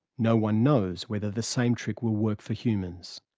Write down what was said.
no one knows whether the same trick will work for humans.